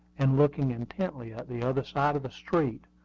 and looking intently at the other side of the street,